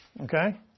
Okay